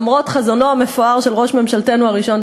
למרות חזונו המפואר של ראש ממשלתנו הראשון,